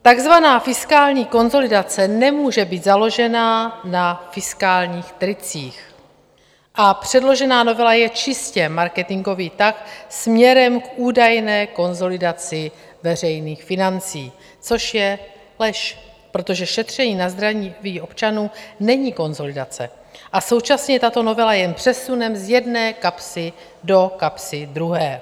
Takzvaná fiskální konsolidace nemůže být založena na fiskálních tricích a předložená novela je čistě marketingový tah směrem k údajné konsolidaci veřejných financí, což je lež, protože šetření na zdraví občanů není konsolidace, a současně tato novela jen přesune z jedné kapsy do kapsy druhé.